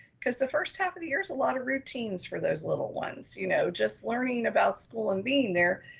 because the first half of the year is a lot of routines for those little ones, you know just learning about school and being there.